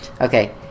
Okay